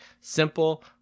simple